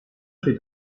sui